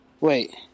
Wait